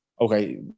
okay